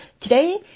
Today